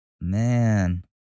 man